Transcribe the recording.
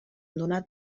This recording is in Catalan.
abandonar